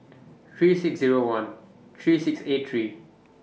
three six Zero one three six eight three